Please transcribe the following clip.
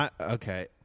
Okay